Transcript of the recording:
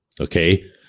Okay